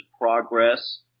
progress